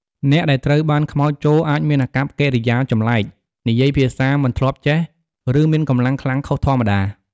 អ្នកដែលត្រូវខ្មោចចូលអាចមានអាកប្បកិរិយាចម្លែក និយាយភាសាដែលមិនធ្លាប់ចេះ ឬមានកម្លាំងខ្លាំងខុសធម្មតា។